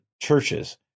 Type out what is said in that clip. churches